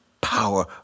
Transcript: power